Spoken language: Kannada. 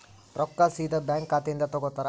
ರೊಕ್ಕಾ ಸೇದಾ ಬ್ಯಾಂಕ್ ಖಾತೆಯಿಂದ ತಗೋತಾರಾ?